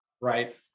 right